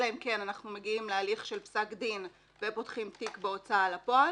אלא אם כן אנחנו מגיעים להליך של פסק דין ופותחים תיק בהוצאה לפועל,